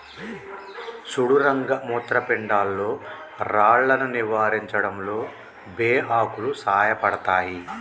సుడు రంగ మూత్రపిండాల్లో రాళ్లను నివారించడంలో బే ఆకులు సాయపడతాయి